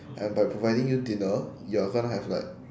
and by providing you dinner you're gonna have like